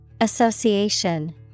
Association